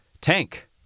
Tank